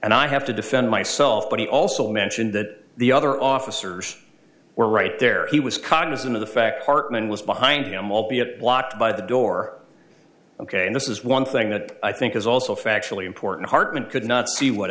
and i have to defend myself but he also mentioned that the other officers were right there he was cognizant of the fact hartman was behind them albeit blocked by the door ok and this is one thing that i think is also factually important hartman could not see what